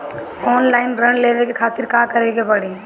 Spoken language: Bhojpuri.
ऑनलाइन ऋण लेवे के खातिर का करे के पड़ी?